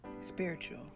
Spiritual